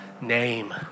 name